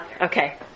Okay